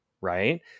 right